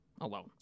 alone